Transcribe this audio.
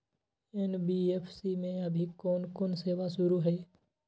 NBFC में अभी कोन कोन सेवा शुरु हई?